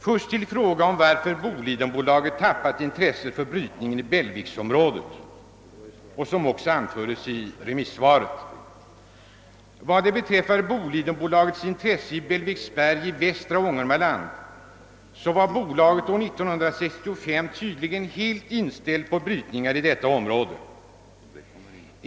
Först till frågan om varför Bolidenbolaget tappat intresset för brytningen i Bellviksbergsområdet, något som också behandlas i remissvaret. Är 1965 var Bolidenbolaget tydligen helt inställt på brytningar i Bellviksbergsområdet i västra Ångermanland.